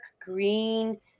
green